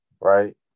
Right